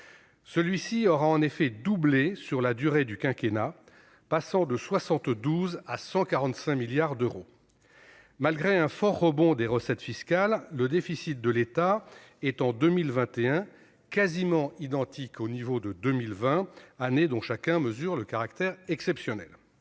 Celui-ci aura en effet doublé sur la durée du quinquennat, passant de 72 milliards d'euros à 145 milliards d'euros ! Malgré un fort rebond des recettes fiscales, le déficit de l'État est, en 2021, quasiment identique à son niveau de 2020, année dont chacun mesure le caractère exceptionnel.